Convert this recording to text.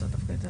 (הצגת מצגת)